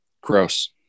Gross